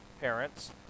parents